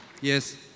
Yes